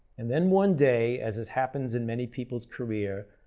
and then one day, as is happens in many people's career,